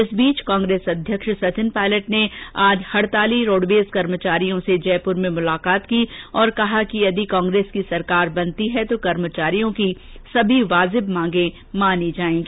इस बीच कांग्रेस अध्यक्ष सचिन पायलट ने आज हड़ताली रोड़वेज कर्मचारियों से जयपुर में मुलाकात की और कहा कि यदि कांग्रेस सरकार बनती है तो कर्मचारियों की सभी वाजिब मांगें मानी जाएगी